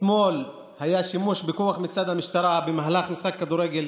אתמול היה שימוש בכוח מצד המשטרה במהלך משחק כדורגל